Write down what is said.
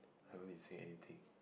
I won't be saying anything